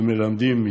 הם מלמדים,